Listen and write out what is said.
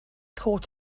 caught